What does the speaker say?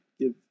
give